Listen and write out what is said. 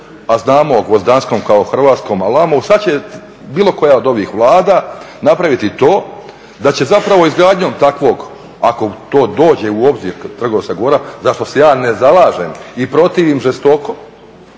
a znamo o Gvozdanskom kao o Hrvatskom alamu, sad će bilo koja od ovih Vlada napraviti to da će zapravo izgradnjom takvog, ako to dođe u obzir Trgovska gora, zašto se ja ne zalažem i protivim žestoko,